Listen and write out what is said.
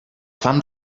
fam